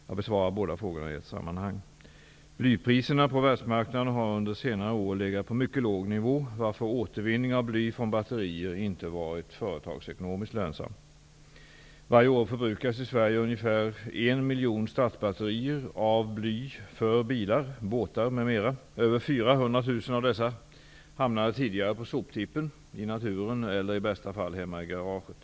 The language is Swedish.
Jag besvarar båda frågorna i ett sammanhang. Blypriserna på världsmarknaden har under senare år legat på en mycket låg nivå, varför återvinning av bly från batterier inte varit företagsekonomiskt lönsam. 400 000 av dessa hamnade tidigare på soptippen, i naturen eller -- i bästa fall -- hemma i garaget.